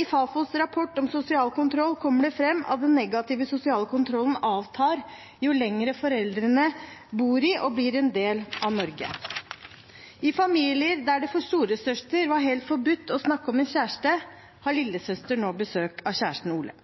I Fafos rapport om sosial kontroll kommer det fram at den negative sosiale kontrollen avtar jo lenger foreldrene bor i og jo mer de blir en del av Norge. I familier der det for storesøster var helt forbudt å snakke om en kjæreste, har lillesøster nå besøk av kjæresten Ole.